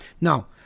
Now